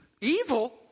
evil